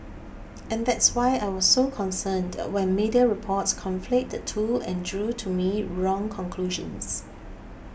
and that's why I was so concerned when media reports conflate the two and drew to me wrong conclusions